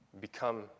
become